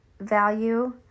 value